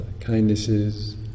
kindnesses